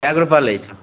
कएगो रुपा लै छी